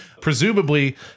presumably